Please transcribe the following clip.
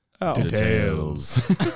Details